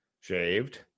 shaved